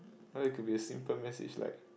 I think it could be a simple message like